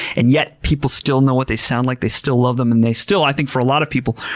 and yet people still know what they sound like. they still love them, and they still, i think for a lot of people,